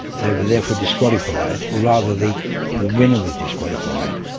they were therefore disqualified, or rather the the winner was disqualified,